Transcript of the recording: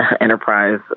enterprise